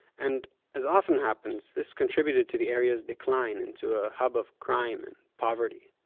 and as often happens, this contributed to the area's decline into a hub of crime and poverty.